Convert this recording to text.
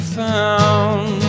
found